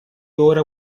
ora